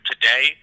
today